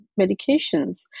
Medications